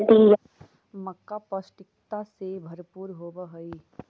मक्का पौष्टिकता से भरपूर होब हई